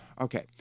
Okay